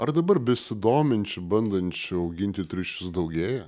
ar dabar besidominčių bandančių auginti triušius daugėja